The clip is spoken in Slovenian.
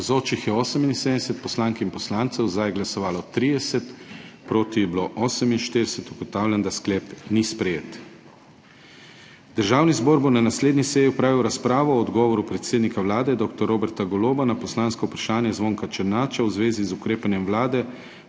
Navzočih je 78 poslank in poslancev, za je glasovalo 30, proti 48. (Za je glasovalo 30.) (Proti 48.) Ugotavljam, da sklep ni sprejet. Državni zbor bo na naslednji seji opravil razpravo o odgovoru predsednika Vlade dr. Roberta Goloba na poslansko vprašanje Zvonka Černača v zvezi z ukrepanjem Vlade